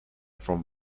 from